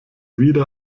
wieder